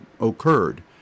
occurred